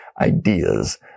ideas